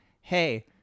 hey